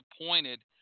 appointed